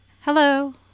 Hello